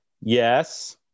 Yes